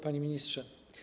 Panie Ministrze!